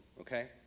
okay